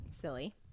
Silly